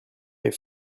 est